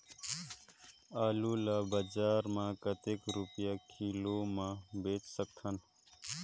आलू ला बजार मां कतेक रुपिया किलोग्राम म बेच सकथन?